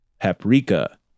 Paprika